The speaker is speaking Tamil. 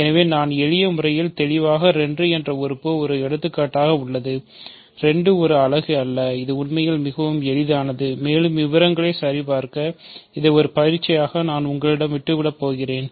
எனவே நான் எளிய முறையில் தெளிவாக 2 என்ற உறுப்பு ஒரு எடுத்துக்காட்டாக உள்ளது 2 ஒரு அலகு அல்ல இது உண்மையில் மிகவும் எளிதானது மேலும் விவரங்களை சரிபார்க்க இதை ஒரு பயிற்சியாக நான் உங்களிடம் விட்டு விடப் போகிறேன்